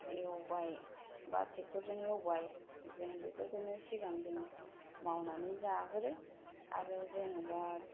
एवबाय बा ट्रेक्टरजों एवबाय जों बेफोरखौनो सिगां जों मावनानै जाग्रोयो आरो जेनेबा